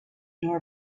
nor